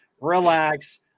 Relax